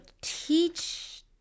teach